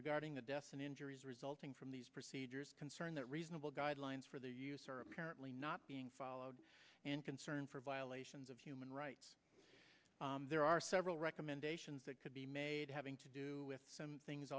regarding the deaths and injuries resulting from these procedures concern that reasonable guidelines for the use are apparently not being followed and concern for violations of human rights there are several recommendations that could be made having to do with some things